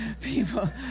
People